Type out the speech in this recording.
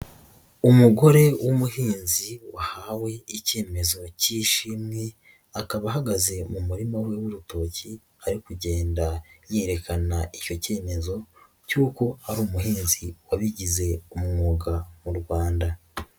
Umugore w'umuhinzi, wahawe icyemezo cy'ishimwe, akaba ahagaze mu murima we w'urutoki, arimo agenda yerekana icyo cyemezo cy'uko ari umuhinzi wabigize umwuga mu Rwanda.